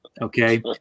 okay